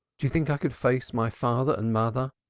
do you think i could face my father and mother,